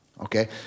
okay